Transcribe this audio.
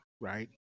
right